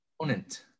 opponent